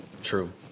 True